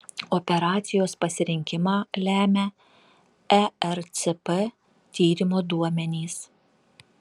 operacijos pasirinkimą lemia ercp tyrimo duomenys